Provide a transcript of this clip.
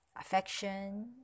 affection